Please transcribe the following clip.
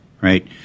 right